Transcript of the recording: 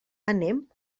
anem